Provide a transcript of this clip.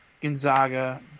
Gonzaga